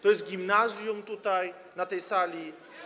To jest gimnazjum tutaj, na tej sali?